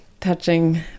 touching